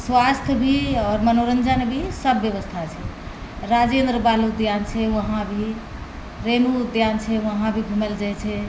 स्वास्थ्य भी आओर मनोरञ्जन भी सब व्यवस्था छै राजेन्द्र बाल उद्यान छै वहाँ भी रेणु उद्यान छै वहाँ भी घूमय लए जाइत छै